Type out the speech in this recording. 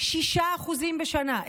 6% בשנה,